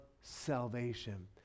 salvation